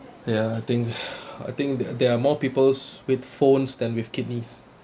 ya I think I think that there are more peoples with phones than with kidneys